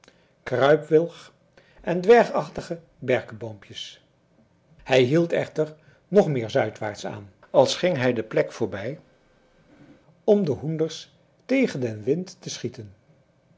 kruipwilg en dwergachtige berkeboompjes hij hield echter nog meer zuidwaarts aan als ging hij de plek voorbij om de hoenders tegen den wind te schieten